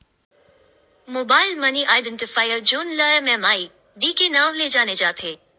mobile money identifier जउन ल M M I D के नांव ले जाने जाथे